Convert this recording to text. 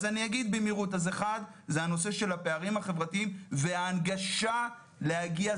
אומר במהירות אחד זה הנושא של הפערים החברתיים וההנגשה להגיע.